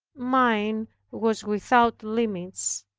mine was without limits,